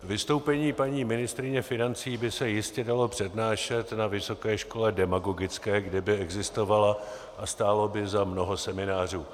Vystoupení paní ministryně financí by se jistě dalo přednášet na vysoké škole demagogické, kdyby existovala, a stálo by za mnoho seminářů.